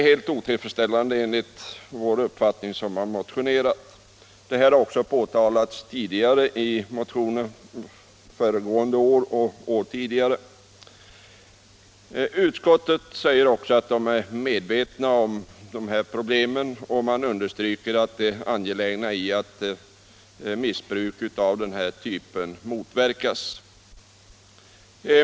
Detta är enligt vår uppfattning helt otillfredsställande. Det har påtalats i motioner under föregående år och tidigare. Utskottet säger sig vara medveten om detta och understryker det angelägna i att denna typ av missbruk motverkas.